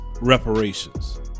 reparations